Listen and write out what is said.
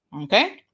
okay